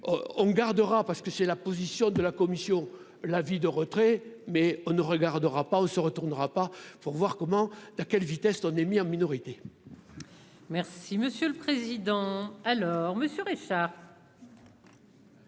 on gardera, parce que c'est la position de la commission, la vie de retrait, mais on ne regardera pas on se retournera pas pour voir comment la à quelle vitesse on est mis en minorité. Merci monsieur le président, alors Monsieur Richard.